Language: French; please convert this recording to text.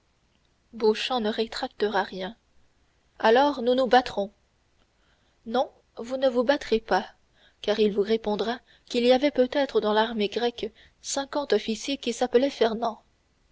ne rétractera rien alors nous nous battrons non vous ne vous battrez pas car il vous répondra qu'il y avait peut-être dans l'armée grecque cinquante officiers qui s'appelaient fernand